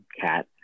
cat